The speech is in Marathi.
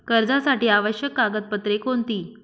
कर्जासाठी आवश्यक कागदपत्रे कोणती?